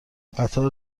قطار